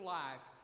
life